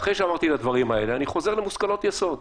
ואחרי שאמרתי את הדברים האלה אני חוזר למושכלות יסוד.